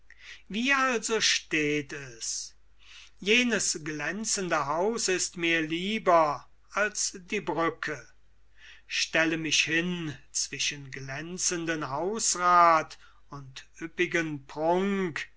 wie also steht es jenes glänzende haus ist mir lieber als die brücke stelle mich hin zwischen glänzenden hausrath und üppigen prunk